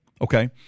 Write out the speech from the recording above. okay